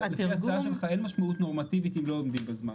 לפי ההצעה שלך אין משמעות נורמטיבית אם לא עומדים בזמן.